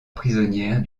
prisonnière